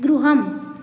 गृहम्